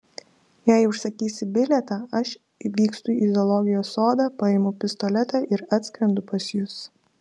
jei užsakysi bilietą aš vykstu į zoologijos sodą paimu pistoletą ir atskrendu pas jus